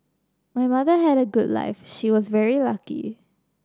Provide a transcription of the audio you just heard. my mother had a good life she was very lucky